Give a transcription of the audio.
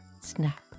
snap